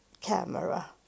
camera